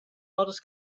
modest